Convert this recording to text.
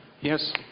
Yes